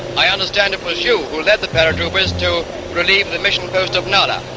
i understand it was you who led the paratroopers to relieve the mission post of nala.